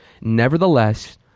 Nevertheless